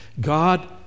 God